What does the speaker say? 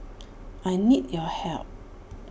I need your help